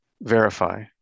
verify